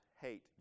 hate